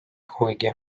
kuhugi